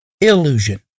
illusion